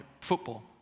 football